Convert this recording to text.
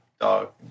dog